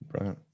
Right